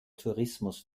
tourismus